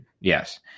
Yes